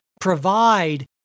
provide